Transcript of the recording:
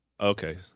Okay